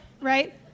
right